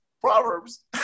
Proverbs